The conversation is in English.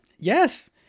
Yes